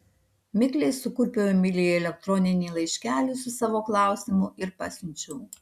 mikliai sukurpiau emilijai elektroninį laiškelį su savo klausimu ir pasiunčiau